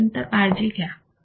तोपर्यंत काळजी घ्या